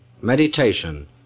meditation